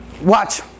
watch